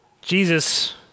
Jesus